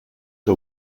que